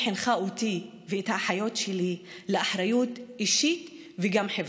היא חינכה אותי ואת האחיות שלי לאחריות אישית וגם חברתית.